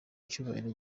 icyubahiro